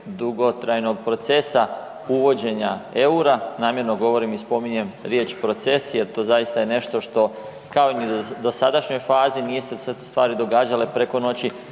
dugotrajnog procesa uvođenja EUR-a, namjerno govorim i spominjem riječ „proces“ jer to zaista je nešto što kao ni u dosadašnjoj fazi nisu se stvari događale preko noći,